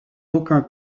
aucun